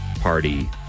party